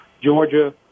Georgia